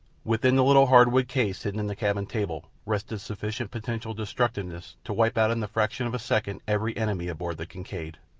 within the little hardwood case hidden in the cabin table rested sufficient potential destructiveness to wipe out in the fraction of a second every enemy aboard the kincaid.